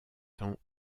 temps